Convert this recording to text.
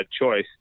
choice